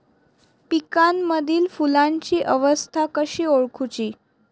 पिकांमदिल फुलांची अवस्था कशी ओळखुची?